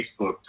Facebook